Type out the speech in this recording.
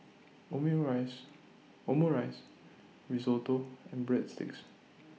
Omurice Risotto and Breadsticks